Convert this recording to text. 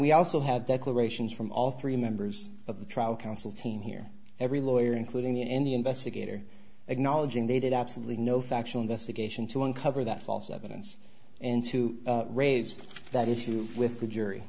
we also had declarations from all three members of the trial counsel team here every lawyer including the and the investigator acknowledging they did absolutely no factual investigation to uncover that false evidence and to raise that issue with the jury